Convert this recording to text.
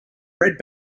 red